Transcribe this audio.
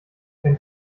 wenn